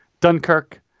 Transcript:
Dunkirk